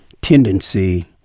tendency